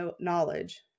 knowledge